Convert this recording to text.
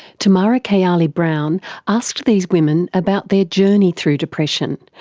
tamara kayali browne asked these women about their journey through depression,